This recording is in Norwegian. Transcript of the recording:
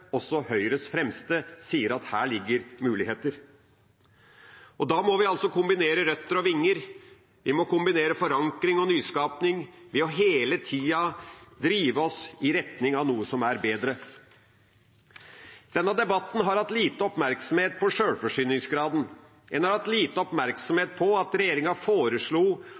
Også Høyres fremste sier at her ligger det muligheter. Da må vi kombinere røtter og vinger. Vi må kombinere forankring og nyskaping ved å hele tida drive oss i retning av noe som er bedre. Denne debatten har hatt lite oppmerksomhet på sjølforsyningsgraden. En har hatt liten oppmerksomhet på at regjeringa foreslo